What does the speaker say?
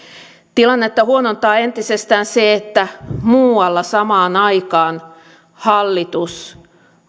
tilannetta huonontaa entisestään se että muualla samaan aikaan hallitus